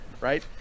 right